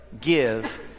give